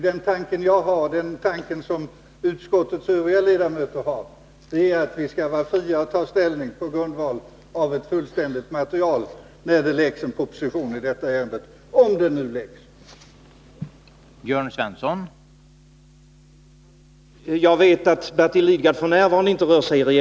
Den tanken jag och utskottets övriga ledamöter har är att vi skall vara fria att ta ställning på grundval av ett fullständigt material när det läggs en proposition i detta ärende — om det nu läggs någon proposition.